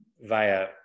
via